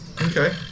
Okay